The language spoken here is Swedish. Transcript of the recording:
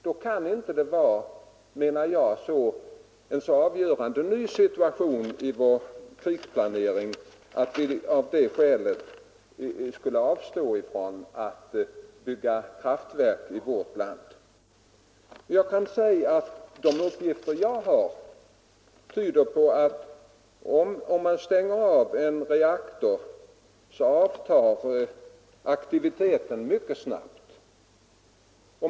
Då kan det, anser jag, inte vara en så avgörande ny situation i vår krigsplanering, att vi av det skälet skulle avstå från att bygga kärnkraftverk. De uppgifter jag har fått visar att om man stänger av en reaktor, så avtar aktiviteten mycket snabbt.